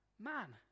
man